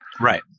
right